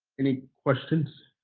any questions?